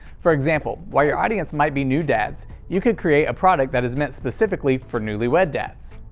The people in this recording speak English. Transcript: for example, while your audience might be new dads, you could create a product that is meant specifically for newlywed dads.